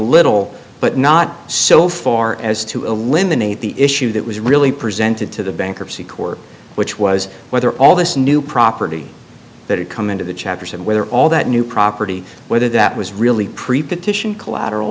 little but not so far as to eliminate the issue that was really presented to the bankruptcy court which was whether all this new property that it come into the chapters and whether all that new property whether that was really prepared to collateral